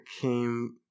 came